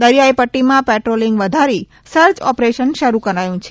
દરિયાઇ પદ્દીમાં પેટ્રોલિંગ વધારી સર્ચ ઓપરેશન શરૂ કરાયું છે